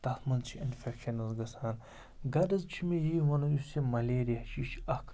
تَتھ منٛز چھِ اِنفٮ۪کشَنٕز گَژھان غَرض چھُ مےٚ یی وَنُن یُس یہِ مَلیریا چھِ یہِ چھِ اَکھ